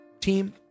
team